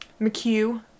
McHugh